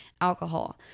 alcohol